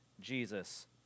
Jesus